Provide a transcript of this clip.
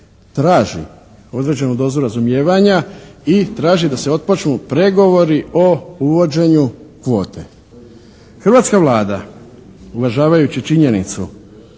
traži određenu dozu razumijevanja i traži da se otpočnu pregovori o uvođenju kvote. Hrvatska Vlada uvažavajući činjenicu